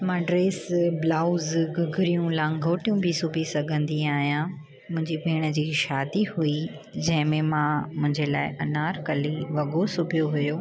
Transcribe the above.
मां dress blouse गगरियूं लांगोटियूं बि सिबी सघंदी आहियां मुंहिंजी भेण जी शादी हुई जंहिंमें मां मुंहिंजे लाइ अनारकली वॻो सिबियो हुओ